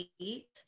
eight